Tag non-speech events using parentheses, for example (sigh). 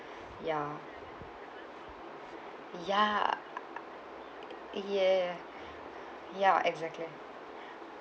(breath) ya ya yeah (breath) ya exactly